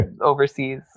overseas